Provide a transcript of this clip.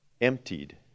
Emptied